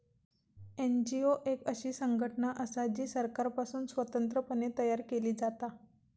NGO एक अशी संघटना असा जी सरकारपासुन स्वतंत्र पणे तयार केली जाता